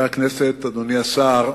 אדוני היושב-ראש,